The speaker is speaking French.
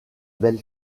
belle